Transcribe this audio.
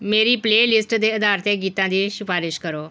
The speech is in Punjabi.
ਮੇਰੀ ਪਲੇਲਿਸਟ ਦੇ ਆਧਾਰ 'ਤੇ ਗੀਤਾਂ ਦੀ ਸਿਫ਼ਾਰਿਸ਼ ਕਰੋ